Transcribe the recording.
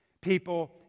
People